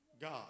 God